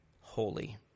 holy